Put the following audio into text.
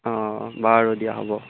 অঁ বাৰু দিয়া হ'ব